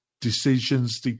decisions